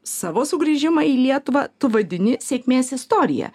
savo sugrįžimą į lietuvą tu vadini sėkmės istorija